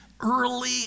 Early